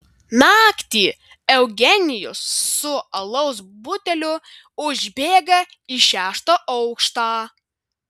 naktį eugenijus su alaus buteliu užbėga į šeštą aukštą